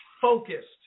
focused